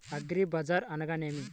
అగ్రిబజార్ అనగా నేమి?